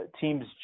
teams